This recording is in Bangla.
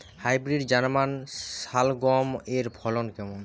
হাইব্রিড জার্মান শালগম এর ফলন কেমন?